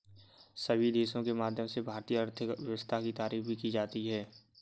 सभी देशों के माध्यम से भारतीय आर्थिक व्यवस्था की तारीफ भी की जाती है